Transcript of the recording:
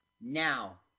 Now